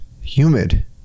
humid